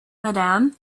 madam